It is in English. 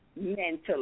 mentally